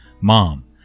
Mom